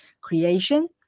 creation